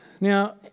Now